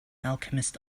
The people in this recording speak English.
alchemist